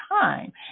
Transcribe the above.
time